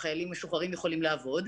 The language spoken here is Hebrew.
חיילים משוחררים יכולים לעבוד.